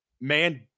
man